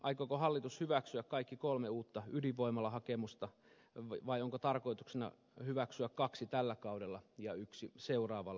aikooko hallitus hyväksyä kaikki kolme uutta ydinvoimalahakemusta vai onko tarkoituksena hyväksyä kaksi tällä kaudella ja yksi seuraavalla